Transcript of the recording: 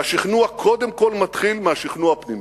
והשכנוע קודם כול מתחיל מהשכנוע הפנימי.